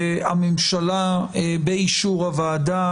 והממשלה באישור הוועדה,